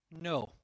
No